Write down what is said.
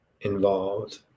involved